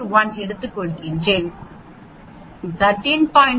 1 எடுத்துக்கொள்கிறேன் 13